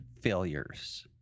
failures